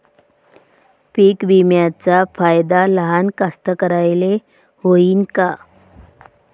पीक विम्याचा फायदा लहान कास्तकाराइले होईन का?